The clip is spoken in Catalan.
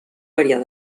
variar